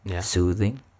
Soothing